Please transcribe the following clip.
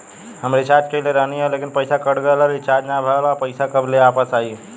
हम रीचार्ज कईले रहनी ह लेकिन पईसा कट गएल ह रीचार्ज ना भइल ह और पईसा कब ले आईवापस?